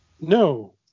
No